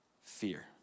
fear